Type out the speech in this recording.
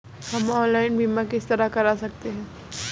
हम ऑनलाइन बीमा किस तरह कर सकते हैं?